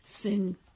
Sing